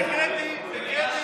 הקראתי.